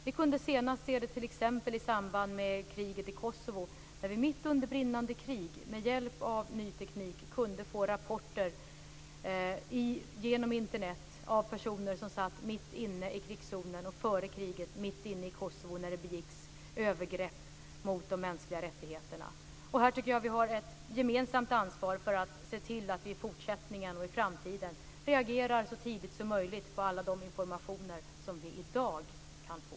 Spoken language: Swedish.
T.ex. senast i samband med kriget i Kosovo kunde vi mitt under brinnande krig via Internet få rapporter från personer som befann sig mitt inne i krigszonen och före kriget mitt inne i Kosovo när det begicks övergrepp mot de mänskliga rättigheterna. Här har vi ett gemensamt ansvar för att se till att vi i framtiden reagerar så tidigt som möjligt på alla de informationer som vi i dag kan få.